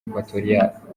equatoriale